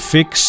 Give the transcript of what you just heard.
Fix